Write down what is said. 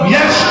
Yes